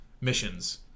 missions